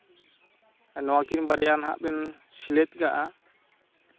ᱱᱚᱣᱟᱠᱤᱱ ᱵᱟᱨᱭᱟ ᱱᱟᱦᱟᱜ ᱵᱮᱱ ᱥᱮᱞᱮᱫ ᱠᱟᱜᱼᱟ